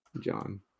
John